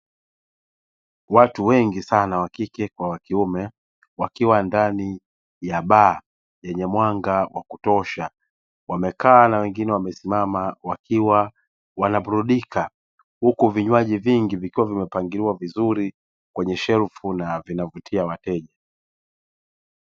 Watu wengi sana wakike kwa wakiume wakiwa ndani ya baa yenye mwanga wa kutosha wamekaa na wengine wamesimama wakiwa wanaburudika, huku vinywaji vingi vikiwa vimepangiliwa vizuri kwenye shelfu na vinavutia wateja.